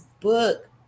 book